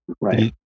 Right